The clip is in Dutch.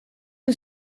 een